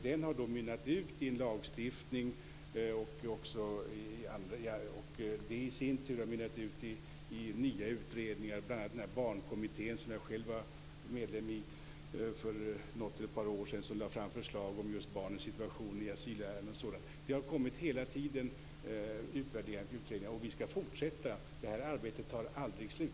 Detta har mynnat ut i en lagstiftning och det i sin tur har mynnat ut i nya utredningar, bl.a. Barnkommittén som jag själv var medlem i för ett par år sedan och som lade fram förslag om just barnens situation i asylärenden och sådant. Det har hela tiden kommit utvärderingar och utredningar, och vi skall fortsätta. Det här arbetet tar aldrig slut.